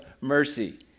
mercy